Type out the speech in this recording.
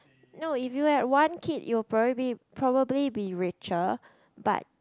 no if you had one kid you will probably be probably be richer but